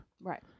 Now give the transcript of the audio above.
Right